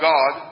God